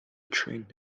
train